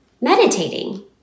meditating